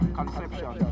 conception